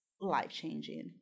life-changing